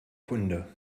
kunde